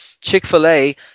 Chick-fil-A